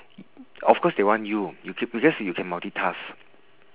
of course they want you ca~ because you can multitask